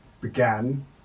began